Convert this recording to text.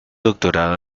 doctorado